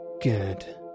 Good